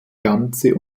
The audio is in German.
ganze